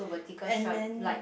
and then